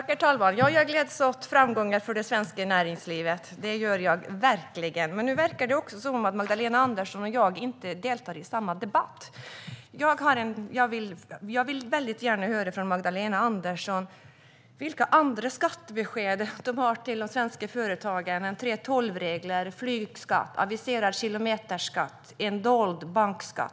Herr talman! Ja, jag gläds åt framgångar för det svenska näringslivet. Det gör jag verkligen. Men det verkar som om Magdalena Andersson och jag inte deltar i samma debatt. Jag vill väldigt gärna höra av Magdalena Andersson vilka andra skattebesked regeringen har till de svenska företagen än 3:12-regler, flygskatt, aviserad kilometerskatt och en dold bankskatt.